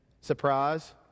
Surprise